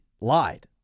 lied